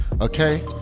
okay